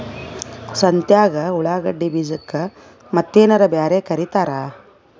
ಸಂತ್ಯಾಗ ಉಳ್ಳಾಗಡ್ಡಿ ಬೀಜಕ್ಕ ಮತ್ತೇನರ ಬ್ಯಾರೆ ಕರಿತಾರ?